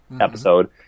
episode